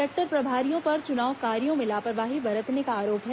sector प्रभारियों पर चुनाव कार्यों में लापरवाही बरतने का आरोप है